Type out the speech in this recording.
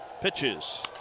pitches